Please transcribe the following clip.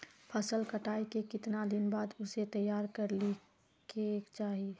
फसल कटाई के कीतना दिन बाद उसे तैयार कर ली के चाहिए?